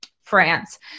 France